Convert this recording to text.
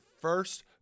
first